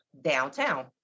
downtown